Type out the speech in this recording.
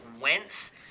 Wentz